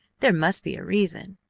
there must be a reason.